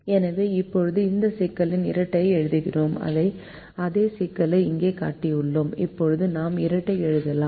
எனவே இப்போது இந்த சிக்கலின் இரட்டை எழுதுகிறோம் அதே சிக்கலை இங்கே காட்டியுள்ளேன் இப்போது நாம் இரட்டை எழுதலாம்